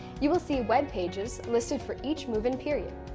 you will see webpages listed for each move-in period,